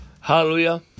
Hallelujah